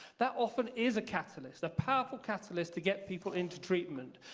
that often is a catalyst a powerful catalyst to get people into treatment.